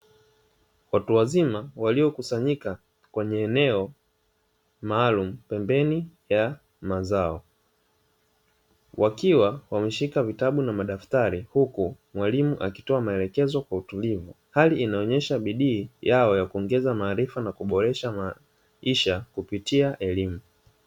Watu wazima waliokusanyika kwenye eneo maalumu pembeni ya mazao wakiwa wameshika vitabu na madaftari, huku mwalimu akitoa maelekezo kwa utulivu hali inayonesha bidii yao ya kuongeza maarifa, na kuboresha maisha kupitia elimu.